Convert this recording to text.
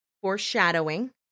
foreshadowing